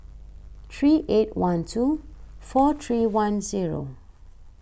three eight one two four three one zero